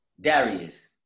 Darius